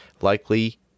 likely